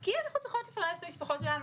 כי אנחנו צריכות לפרנס את המשפחות שלנו,